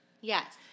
Yes